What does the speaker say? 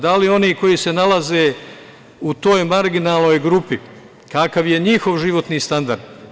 Da li oni koji se nalaze u tom marginalnoj grupi - kakav je njihov životni standard?